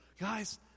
Guys